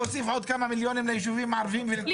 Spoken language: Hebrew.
המדינה שמה.